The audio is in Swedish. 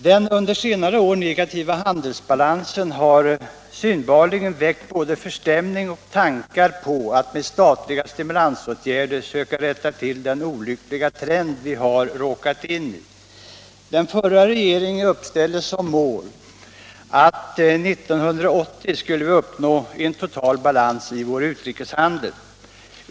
Den under senare år negativa handelsbalansen har synbarligen väckt både förstämning och tankar på att med statliga stimulansåtgärder söka rätta till den olyckliga trend vi har råkat in i. Den förra regeringen uppställde som mål att vi 1980 skulle uppnå total balans i vår utrikeshandel.